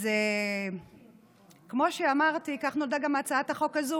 אז כמו שאמרתי, כך נולדה גם הצעת החוק הזאת,